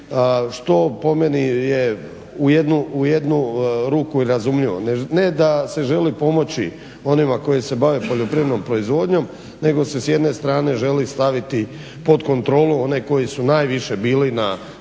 što po meni je u jednu ruku i razumljivo ne da se želi pomoći onima koji se bave poljoprivrednom proizvodnjom, nego se s jedne strane želi staviti pod kontrolu one koji su najviše bili na cestama i